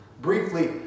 Briefly